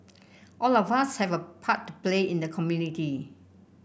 all of us have a part play in the community